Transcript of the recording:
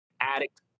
Addict